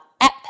app